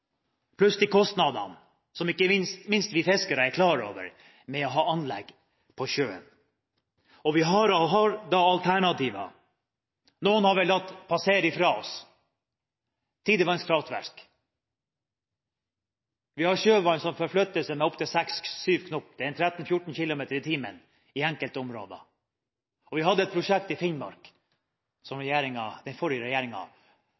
pluss at det er kostnader som ikke minst vi fiskere er klar over ved å ha anlegg på sjøen. Vi har alternativer. Noen har vi latt gå fra oss – tidevannskraftverk. Vi har sjøvann som forflytter seg med opptil 6–7 knop – det er 13–14 kilometer – i timen i enkelte områder. Og vi hadde et prosjekt i Finnmark,